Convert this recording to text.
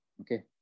Okay